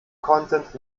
content